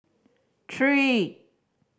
three